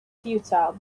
futile